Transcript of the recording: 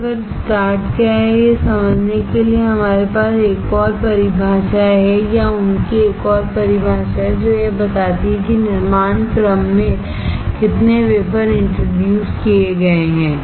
wafer start क्या है यह समझने के लिए हमारे पास एक और परिभाषा है या उनकी एक और परिभाषा है जो यह बताती है कि निर्माण क्रम में कितने वेफर इंट्रोड्यूस किए गए हैं